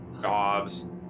jobs